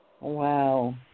wow